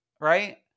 Right